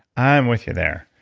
i'm with you there.